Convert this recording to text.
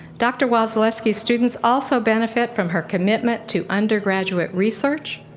dr. wasileski's students also benefit from her commitment to undergraduate research,